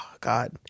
God